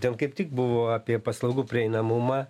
ten kaip tik buvo apie paslaugų prieinamumą